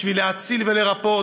בשביל להציל ולרפא.